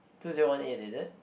two zero one eight is it